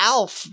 Alf